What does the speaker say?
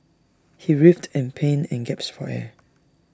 he writhed in pain and gasped for air